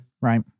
right